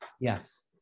yes